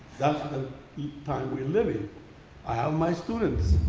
that's the time we live in. i have my students.